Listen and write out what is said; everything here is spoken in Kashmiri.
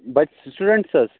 بچہٕ سٹوٗڈنٛٹس حظ